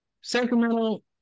Sacramento